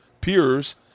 peers